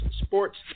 sports